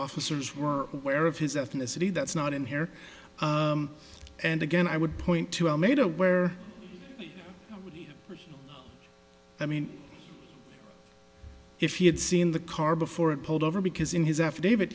officers were aware of his ethnicity that's not in here and again i would point to are made aware i mean if he had seen the car before it pulled over because in his affidavit